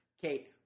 Kate